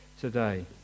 today